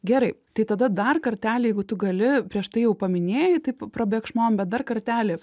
gerai tai tada dar kartelį jeigu tu gali prieš tai jau paminėjai taip prabėgšmom bet dar kartelį